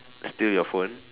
still your phone